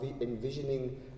envisioning